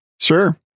Sure